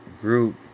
group